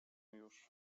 już